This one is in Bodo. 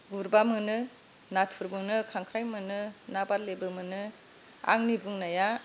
गुरब्ला मोनो नाथुर मोनो खांख्राइ मोनो ना बारलिबो मोनो आंनि बुंनाया